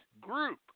group